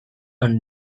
and